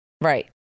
Right